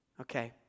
Okay